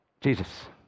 Jesus